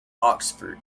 oxford